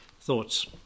Thoughts